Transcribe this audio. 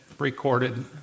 Recorded